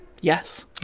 Yes